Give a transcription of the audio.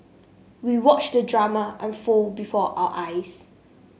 we watched the drama unfold before our eyes